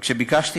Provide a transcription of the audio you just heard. וכשביקשתי